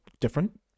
different